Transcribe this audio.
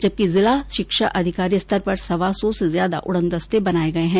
जबकि जिला शिक्षा अधिकारी स्तर पर सवा सौ से ज्यादा उड़न दस्ते बनाए गए हैं